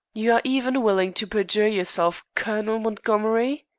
you are even willing to perjure yourself, colonel montgomery?